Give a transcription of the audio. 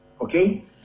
Okay